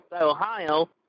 Ohio